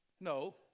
No